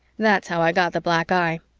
that's how i got the black eye.